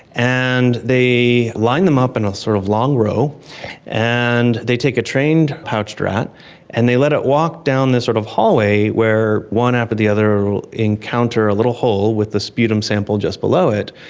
and they line them up in a sort of long row and they take a trained pouched rat and they let it walk down the sort of hallway where one after the other they encounter a little hole with the sputum sample just below it,